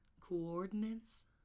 Coordinates